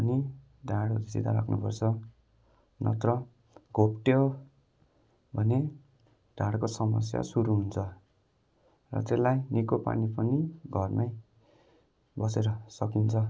अनि ढाडहरू सिधा राख्नु पर्छ नत्र घोप्ट्यो भने ढाडको समस्या सुरु हुन्छ र त्यसलाई निको पार्नु पनि घरमा बसेर सकिन्छ